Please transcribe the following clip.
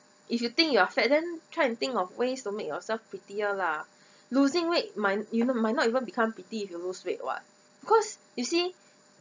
if you think you are fat then try and think of ways to make yourself prettier lah losing weight might you might not even become pretty if you lose weight [what] because you see